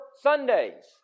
Sundays